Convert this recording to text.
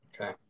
Okay